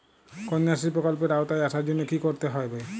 কন্যাশ্রী প্রকল্পের আওতায় আসার জন্য কী করতে হবে?